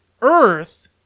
Earth